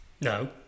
No